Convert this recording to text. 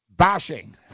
Bashing